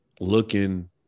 looking